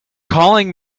calling